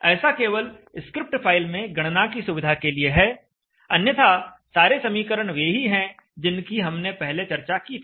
ऐसा केवल script file में गणना की सुविधा के लिए है अन्यथा सारे समीकरण वे ही हैं जिनकी हमने पहले चर्चा की थी